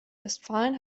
westfalen